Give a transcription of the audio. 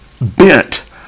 bent